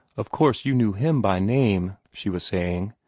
of course you knew him by name, she was saying,